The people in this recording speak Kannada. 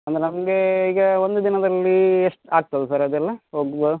ಅಂದ್ರೆ ನಮಗೆ ಈಗ ಒಂದು ದಿನದಲ್ಲಿ ಎಷ್ಟು ಆಗ್ತದೆ ಸರ್ ಅದೆಲ್ಲ ಹೋಗುವ